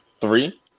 three